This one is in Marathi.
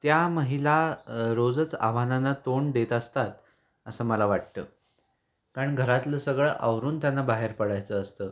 त्या महिला रोजच आव्हानांना तोंड देत असतात असं मला वाटतं कारण घरातलं सगळं आवरून त्यांना बाहेर पडायचं असतं